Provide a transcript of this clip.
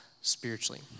spiritually